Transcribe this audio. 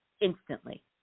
instantly